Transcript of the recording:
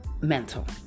mental